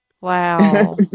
Wow